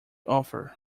offer